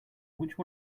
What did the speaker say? which